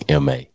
Ma